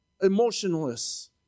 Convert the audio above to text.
emotionless